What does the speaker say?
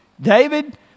David